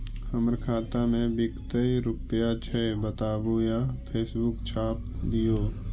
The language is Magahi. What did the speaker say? हमर खाता में विकतै रूपया छै बताबू या पासबुक छाप दियो?